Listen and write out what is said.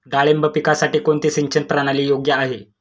डाळिंब पिकासाठी कोणती सिंचन प्रणाली योग्य आहे?